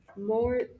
more